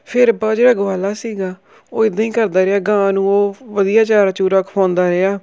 ਫਿਰ ਬ ਜਿਹੜਾ ਗਵਾਲਾ ਸੀਗਾ ਉਹ ਇੱਦਾਂ ਹੀ ਕਰਦਾ ਰਿਹਾ ਗਾਂ ਨੂੰ ਉਹ ਵਧੀਆ ਚਾਰਾ ਚੂਰਾ ਖਵਾਉਂਦਾ ਰਿਹਾ